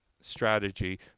strategy